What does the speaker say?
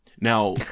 Now